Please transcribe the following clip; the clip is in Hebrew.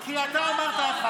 כי אתה אמרת,